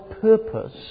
purpose